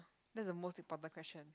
that's the most important question